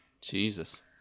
Jesus